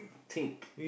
thick